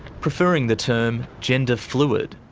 preferring the term gender fluid.